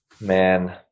Man